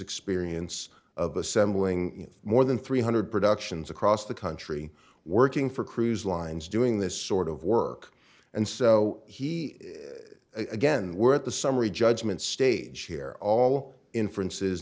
experience of assembling more than three hundred productions across the country working for cruise lines doing this sort of work and so he again we're at the summary judgment stage here all inferences